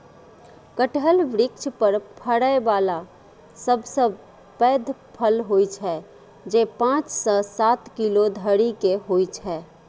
कटहल वृक्ष पर फड़ै बला सबसं पैघ फल होइ छै, जे पांच सं सात किलो धरि के होइ छै